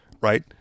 right